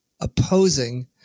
opposing